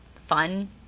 fun